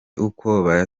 uko